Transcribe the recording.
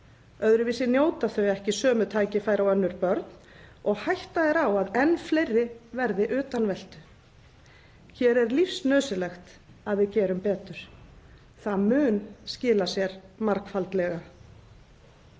Öðruvísi njóta þau ekki sömu tækifæra og önnur börn og hætta er á að enn fleiri verði utanveltu. Hér er lífsnauðsynlegt að við gerum betur. Það mun skila sér margfaldlega.